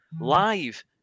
live